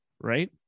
Right